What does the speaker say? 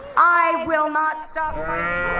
i will not stop fighting to